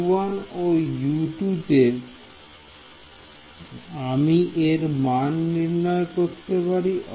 U1 ও U2 তে আমি এর মান নির্ণয় করতে পারি